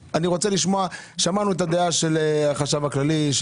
שמענו את הדעה של החשב הכללי,